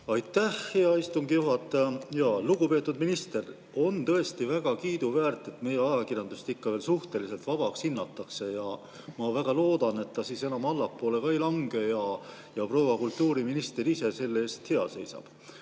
Aitäh, hea istungi juhataja! Lugupeetud minister! On tõesti väga kiiduväärt, et meie ajakirjandust ikka veel suhteliselt vabaks hinnatakse, ja ma väga loodan, et see enam allapoole ei lange ja proua kultuuriminister ise selle eest hea seisab.